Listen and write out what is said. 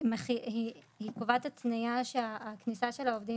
ההחלטה הזאת קובעת התניה שכניסת העובדים